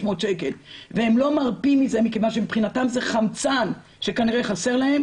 שקל והם לא מרפים מזה מכיוון שמבחינתם זה חמצן שכנראה חסר להם